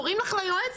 קוראים לך ליועצת,